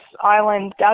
island